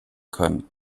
können